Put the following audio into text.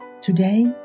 Today